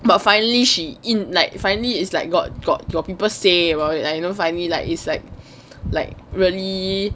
but finally she in like finally is like got got got people say about it you know finally is like is like like really